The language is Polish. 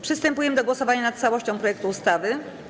Przystępujemy do głosowania nad całością projektu ustawy.